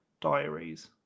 diaries